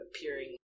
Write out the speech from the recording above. appearing